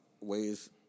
ways